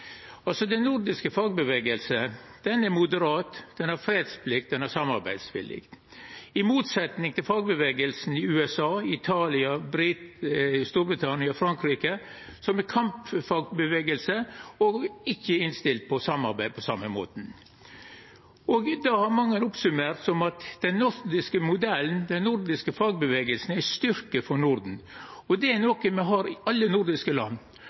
er samarbeidsvillig, i motsetning til fagbevegelsen i USA, Italia, Storbritannia, Frankrike, der det er ein kampfagbevegelse, som ikkje er innstilt på samarbeid på same måten. Det har mange oppsummert til at den nordiske modellen, den nordiske fagbevegelsen, er ein styrke for Norden, og det er noko me har i alle nordiske land.